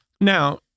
Now